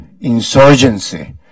insurgency